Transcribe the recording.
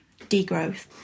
degrowth